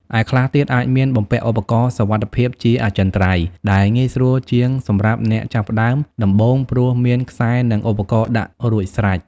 ឯខ្លះទៀតអាចមានបំពាក់ឧបករណ៍សុវត្ថិភាពជាអចិន្ត្រៃយ៍ ដែលងាយស្រួលជាងសម្រាប់អ្នកចាប់ផ្តើមដំបូងព្រោះមានខ្សែនិងឧបករណ៍ដាក់រួចស្រេច។